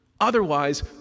Otherwise